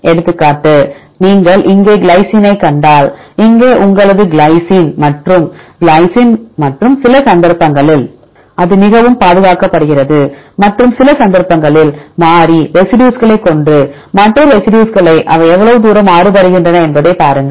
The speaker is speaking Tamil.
எடுத்துக்காட்டு நீங்கள் இங்கே கிளைசினைக் கண்டால் இங்கே உங்கள் கிளைசின் மற்றும் கிளைசின் மற்றும் சில சந்தர்ப்பங்களில் அது மிகவும் பாதுகாக்கப்படுகிறது மற்றும் சில சந்தர்ப்பங்களில் மாறி ரெசிடியூஸ்களைக் கொண்டு மற்ற ரெசிடியூஸ்களை அவை எவ்வளவு தூரம் மாறுபடுகின்றன என்பதைப் பாருங்கள்